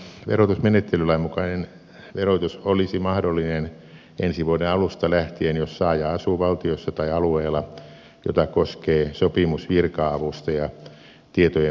tämä verotusmenettelylain mukainen verotus olisi mahdollinen ensi vuoden alusta lähtien jos saaja asuu valtiossa tai alueella jota koskee sopimus virka avusta ja tietojenvaihdosta veroasioissa